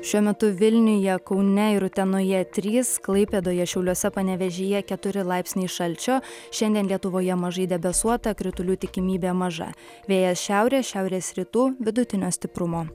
šiuo metu vilniuje kaune ir utenoje trys klaipėdoje šiauliuose panevėžyje keturi laipsniai šalčio šiandien lietuvoje mažai debesuota kritulių tikimybė maža vėjas šiaurės šiaurės rytų vidutinio stiprumo